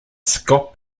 scott